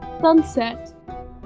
sunset